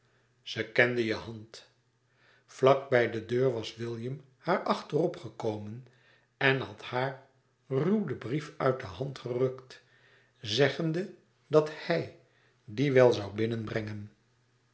ze kende je hand vlak bij de deur was william haar achterop gekomen en had haar ruw den brief uit de hand gerukt zeggende dat hij dien wel zoû